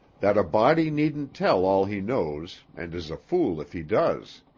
that a body needn't tell all he knows and is a fool if he does.